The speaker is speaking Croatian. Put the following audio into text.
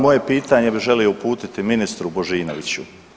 Moje pitanje bi želio uputiti ministru Božinoviću.